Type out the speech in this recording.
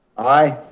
aye.